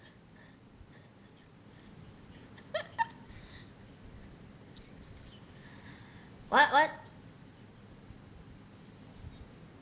what what